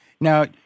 Now